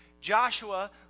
Joshua